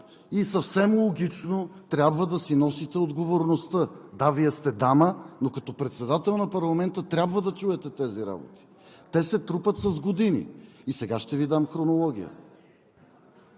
и съвсем логично трябва си носите отговорността. Да, Вие сте дама, но като председател на парламента трябва да чуете тези работи, те се трупат с години – и сега ще Ви дам хронология.